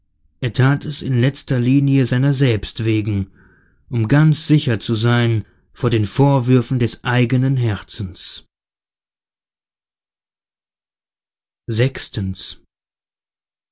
er tat es in letzter linie seiner selbst wegen um ganz sicher zu sein vor den vorwürfen des eigenen herzens